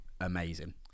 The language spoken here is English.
amazing